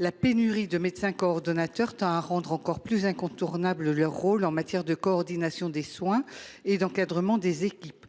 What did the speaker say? La pénurie de médecins coordonnateurs tend à rendre encore plus incontournable le rôle de ces infirmiers en matière de coordination des soins et d’encadrement des équipes.